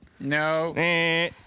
No